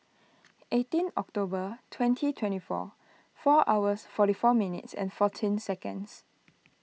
eighteen October twenty twenty four four hours forty four minutes and fourteen seconds